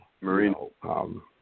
Marino